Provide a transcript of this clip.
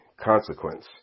consequence